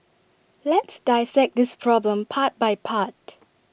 let's dissect this problem part by part